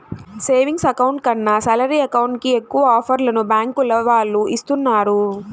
savings account కన్నా salary account కి ఎక్కువ ఆఫర్లను బ్యాంకుల వాళ్ళు ఇస్తున్నారు